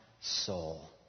soul